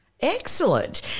Excellent